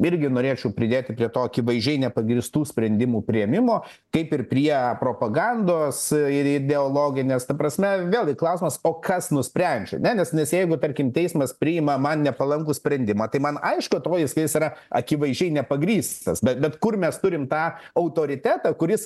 irgi norėčiau pridėti prie to akivaizdžiai nepagrįstų sprendimų priėmimo kaip ir prie propagandos ir ideologinės ta prasme vėlgi klausimas o kas nusprendžia ne nes nes jeigu tarkim teismas priima man nepalankų sprendimą tai man aišku atrodys ka jis yra akivaizdžiai nepagrįstas bet bet kur mes turim tą autoritetą kuris